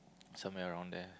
somewhere around there